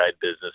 business